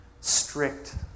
strict